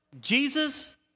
Jesus